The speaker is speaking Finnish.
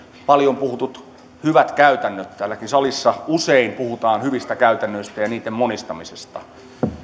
paljon puhutut hyvät käytännöt täälläkin salissa usein puhutaan hyvistä käytännöistä ja niitten monistamisesta